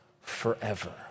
forever